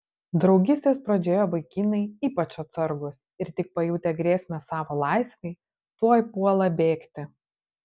draugystės pradžioje vaikinai ypač atsargūs ir tik pajutę grėsmę savo laisvei tuoj puola bėgti